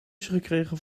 gekregen